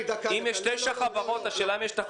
אם יש תשע חברות, השאלה אם יש גם תחרות.